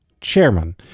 chairman